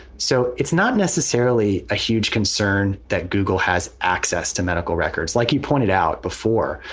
so it's not necessarily a huge concern that google has access to medical records, like you pointed out before.